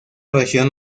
región